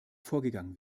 vorgegangen